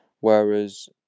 whereas